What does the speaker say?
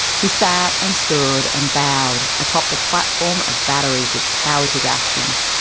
he sat and stood and bowed atop a platform of batteries which powered his actions,